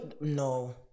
no